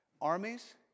Armies